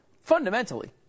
fundamentally